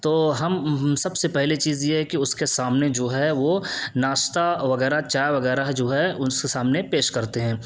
تو ہم سب سے پہلی چیز یہ ہے کہ اس کے سامنے جو ہے وہ ناشتہ وغیرہ چاہے وغیرہ جو ہے اس کے سامنے پیش کرتے ہیں